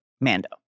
Mando